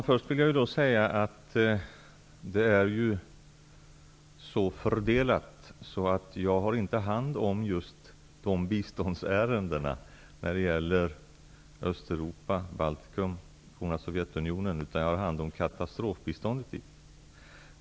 Fru talman! Det är så fördelat att jag inte har hand om just de biståndsärenden som gäller Östeuropa, Baltikum, det forna Sovjetunionen, utan jag har hand om katastrofbiståndet för dessa områden.